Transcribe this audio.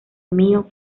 mío